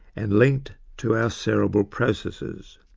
and linked to our cerebral processes.